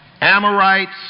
Amorites